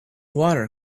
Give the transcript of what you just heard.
water